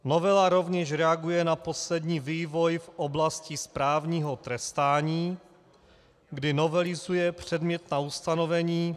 Novela rovněž reaguje na poslední vývoj v oblasti správního trestání, kdy novelizuje předmětná ustanovení...